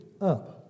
up